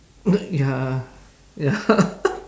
uh ya ya